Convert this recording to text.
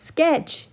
Sketch